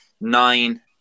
nine